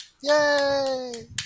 Yay